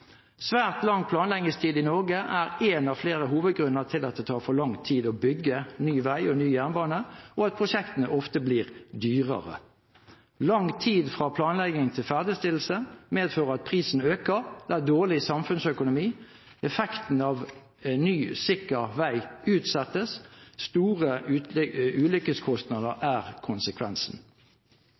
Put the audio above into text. Svært lang planleggingstid i Norge er en av flere hovedgrunner til at det tar for lang tid å bygge ny vei og jernbane, og at prosjektene ofte blir dyre. Lang tid fra planlegging til ferdigstillelse medfører at prisen øker. Det er dårlig samfunnsøkonomi. Effekten av ny sikker vei utsettes. Store ulykkeskostnader er konsekvensen.